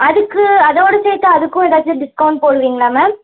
அதற்கு அதோட சேர்த்து அதற்கும் ஏதாச்சும் டிஸ்கவுண்ட் போடுவீங்களா மேம்